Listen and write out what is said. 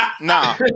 Nah